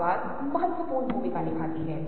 अभिविन्यास के बारे में हमने पहले भी बात की है